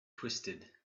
twisted